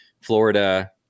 Florida